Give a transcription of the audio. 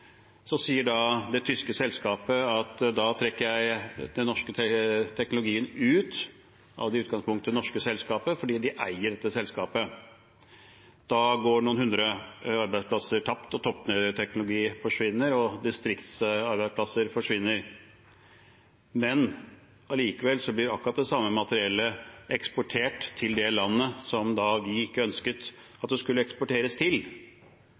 så sier det tyske selskapet at da trekker de den norske teknologien ut av det i utgangspunktet norske selskapet, fordi de eier dette selskapet. Da går noen hundre arbeidsplasser tapt, toppteknologi forsvinner, og distriktsarbeidsplasser forsvinner. Men allikevel blir akkurat det samme materiellet eksportert til det landet som vi ikke ønsket at det skulle eksporteres til.